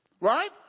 Right